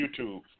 YouTube